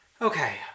Okay